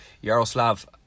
Yaroslav